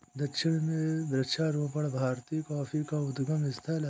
दक्षिण में वृक्षारोपण भारतीय कॉफी का उद्गम स्थल है